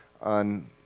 on